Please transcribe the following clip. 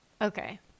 Okay